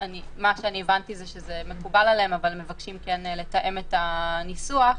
הבנתי שזה מקובל עליהם אבל מבקשים כן לתאם את הניסוח.